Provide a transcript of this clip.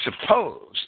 suppose